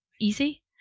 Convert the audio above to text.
easy